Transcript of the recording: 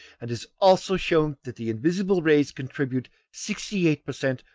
and has also shown that the invisible rays contribute sixty eight per cent,